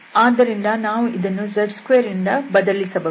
ಆದ್ದರಿಂದ ನಾವು ಇದನ್ನು z2ನಿಂದ ಬದಲಿಸಬಹುದು